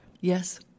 Yes